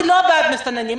אני לא בעד מסתננים.